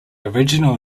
original